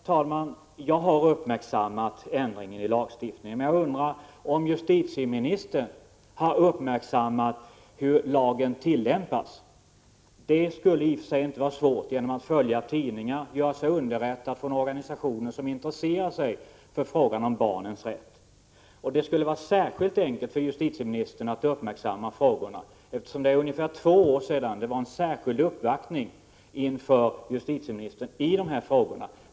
Herr talman! Jag har uppmärksammat ändringen i lagstiftningen, men jag undrar om justitieministern har uppmärksammat hur lagen tillämpas. Det skulle i och för sig inte vara svårt att ta reda på det, genom att följa tidningar och göra sig underrättad via organisationer som intresserar sig för frågan om barnens rätt. Det skulle vara särskilt enkelt för justitieministern att uppmärksamma frågorna, eftersom det för ungefär två år sedan gjordes en särskild uppvaktning inför justitieministern i ärendet.